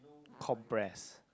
compress